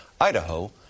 Idaho